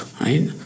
Right